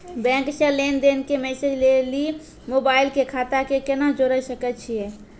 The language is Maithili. बैंक से लेंन देंन के मैसेज लेली मोबाइल के खाता के केना जोड़े सकय छियै?